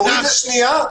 מוריד לשנייה,